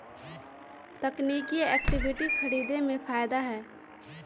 तकनिकिये इक्विटी खरीदे में फायदा हए